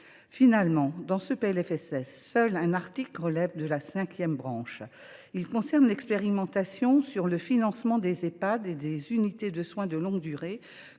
Finalement, dans ce PLFSS, seul un article relève de la cinquième branche. Il concerne l’expérimentation sur le financement des Ehpad et des unités de soins de longue durée